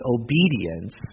obedience